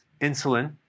insulin